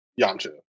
Yamcha